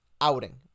outing